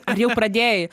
ar jau pradėjai